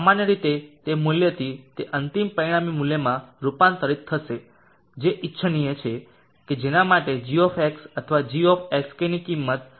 સામાન્ય રીતે તે મૂલ્યથી તે અંતિમ પરિણામી મૂલ્યમાં રૂપાંતરિત થશે જે ઇચ્છનીય છે કે જેના માટે g અથવા g ની કિંમત 0